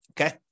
Okay